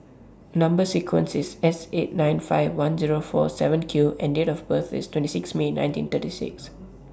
Number sequence IS S eight nine five one Zero four seven Q and Date of birth IS twenty six May nineteen thirty six